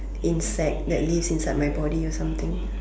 insect that lives inside my body or something